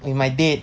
with my date